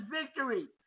victory